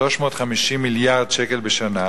350 מיליארד שקל בשנה,